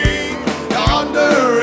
yonder